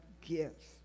gifts